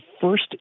first